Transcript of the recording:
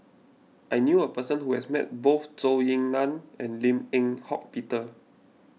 I knew a person who has met both Zhou Ying Nan and Lim Eng Hock Peter